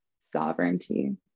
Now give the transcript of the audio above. sovereignty